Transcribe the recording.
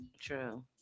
True